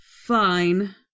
fine